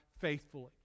faithfully